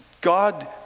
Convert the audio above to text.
God